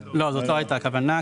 לא, זאת לא הייתה הכוונה.